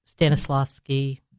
Stanislavski